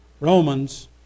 Romans